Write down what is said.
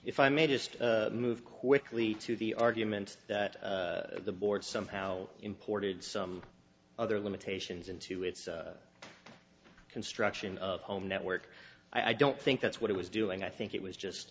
if i may just move quickly to the argument that the board somehow imported some other limitations into its construction of home network i don't think that's what it was doing i think it was just